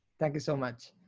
thank you so much.